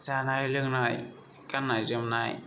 जानाय लोंनाय गाननाय जोमनाय